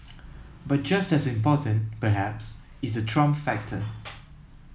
but just as important perhaps is the Trump factor